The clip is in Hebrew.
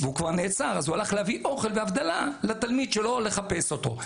והוא כבר נעצר אז הוא הלך להביא אוכל והבדלה לתלמיד שלו לחפש אותו.